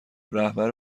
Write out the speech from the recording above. رهبر